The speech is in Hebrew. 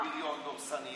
הוא בריון, בריון דורסני,